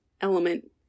element